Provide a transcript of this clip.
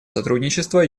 сотрудничества